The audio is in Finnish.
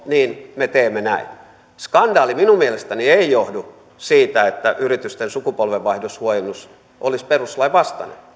niin me teemme näin skandaali minun mielestäni ei johdu siitä että yritysten sukupolvenvaihdoshuojennus olisi perustuslain vastainen